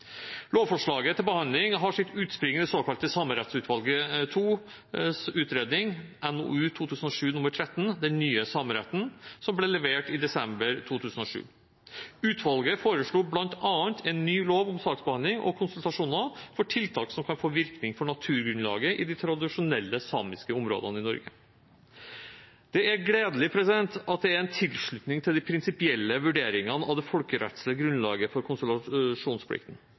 Lovforslaget til behandling har sitt utspring i det såkalte Samerettsutvalget 2s utredning NOU 2007: 13, Den nye sameretten, som ble levert i desember 2007. Utvalget foreslo bl.a. en ny lov om saksbehandling og konsultasjoner for tiltak som kan få virkning for naturgrunnlaget i de tradisjonelle samiske områdene i Norge. Det er gledelig at det er en tilslutning til de prinsipielle vurderingene av det folkerettslige grunnlaget for